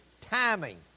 Timing